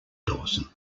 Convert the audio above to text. dawson